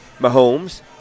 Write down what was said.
Mahomes